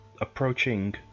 Approaching